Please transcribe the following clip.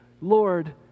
Lord